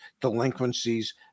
delinquencies